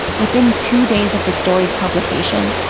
within two days of the story's publication,